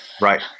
right